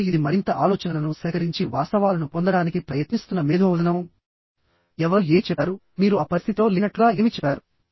ఇప్పుడు ఇది మరింత ఆలోచనలను సేకరించి వాస్తవాలను పొందడానికి ప్రయత్నిస్తున్న మేధోమథనం ఎవరు ఏమి చెప్పారు మీరు ఆ పరిస్థితిలో లేనట్లుగా ఏమి చెప్పారు